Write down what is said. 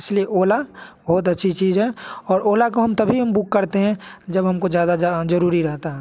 इसलिए ओला बहुत अच्छी चीज़ है और ओला को हम तभी हम बुक करते हैं जब हमको ज़्यादा ज़्यादा जरुरी रहता है